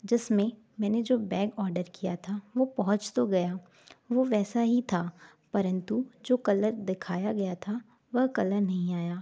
जिस में मैंने जो बैग ऑर्डर किया था वो पहुँच तो गया वो वैसा ही था परंतु जो कलर दिखाया गया था वह कलर नहीं आया